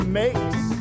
makes